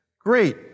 Great